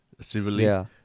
civilly